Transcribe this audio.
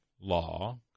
law